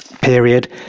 period